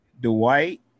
Dwight